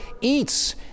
eats